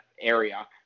area